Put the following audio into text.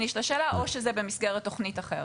שזה במסגרת תוכנית אחרת?